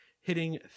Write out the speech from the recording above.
hitting